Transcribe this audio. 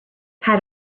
had